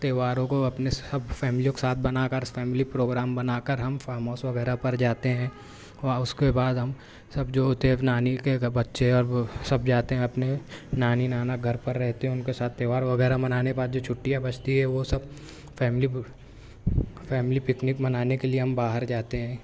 تیوہاروں کو اپنے سب فیملیوں کے ساتھ بنا کر فیملی پروگرام بنا کر ہم فارم ہاؤس وغیرہ پر جاتے ہیں وہاں اس کے بعد ہم سب جو ہوتے ہیں نانی کے بچے اب سب جاتے ہیں اپنے نانی نانا کے گھر پر رہتے ہیں ان کے ساتھ تیوہار وغیرہ منانے بعد جو چھٹیاں بچتی ہیں وہ سب فیملی فیملی پکنک منانے کے لیے ہم باہر جاتے ہیں